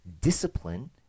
discipline